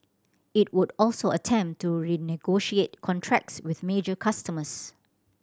it would also attempt to renegotiate contracts with major customers